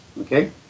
okay